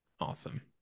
Awesome